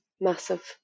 massive